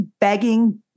begging